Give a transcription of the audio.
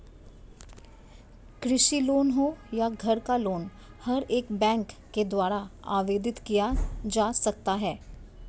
कृषि लोन हो या घर का लोन हर एक बैंक के द्वारा आवेदित किया जा सकता है